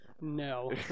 No